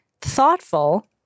thoughtful